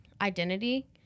identity